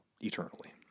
eternally